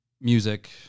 Music